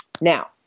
Now